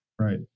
right